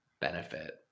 benefit